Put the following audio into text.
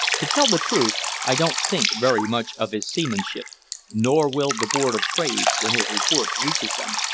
to tell the truth, i don't think very much of his seamanship nor will the board of trade when his report reaches them.